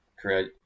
create